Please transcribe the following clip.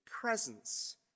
presence